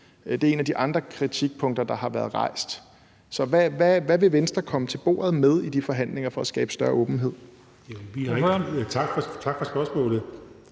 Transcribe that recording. Det er et af de andre kritikpunkter, der har været rejst. Så hvad vil Venstre komme til bordet med i de forhandlinger for at skabe større åbenhed? Kl. 15:24 Første